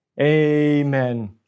Amen